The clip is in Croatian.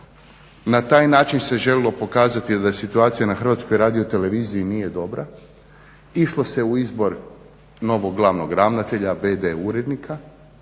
na taj način se želio pokazati da je situacija na HRT nije dobra. Išlo se u izbor novog glavnog ravnatelja, vd urednika